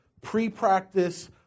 pre-practice